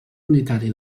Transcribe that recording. unitari